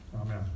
Amen